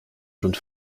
jaune